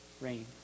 rain